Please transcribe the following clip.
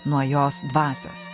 nuo jos dvasios